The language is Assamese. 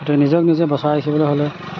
গতিকে নিজক নিজে বচাই ৰাখিবলৈ হ'লে